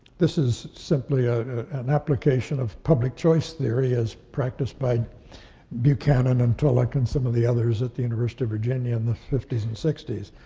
this is simply ah an application of public choice theory as practiced by buchanan and tullock and some of the others at the university of virginia in the fifty s and sixty s.